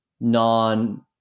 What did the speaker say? non